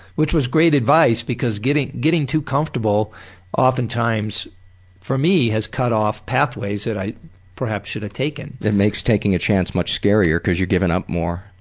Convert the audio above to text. which was great advice because getting getting too comfortable oftentimes for me has cut off pathways that i perhaps should have taken. it makes taking a chance much scarier because you've given up more.